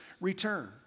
return